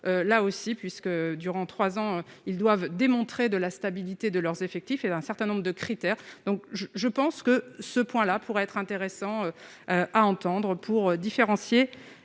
là aussi, puisque durant 3 ans, ils doivent démontrer de la stabilité de leurs effectifs et d'un certain nombre de critères, donc je pense que ce point là pourrait être intéressant à entendre pour différencier